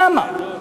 למה?